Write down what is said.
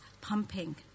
pumping